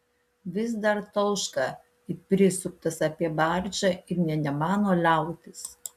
vis dar tauška it prisuktas apie barčą ir nė nemano liautis